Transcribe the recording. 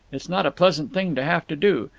it's not a pleasant thing to have to do.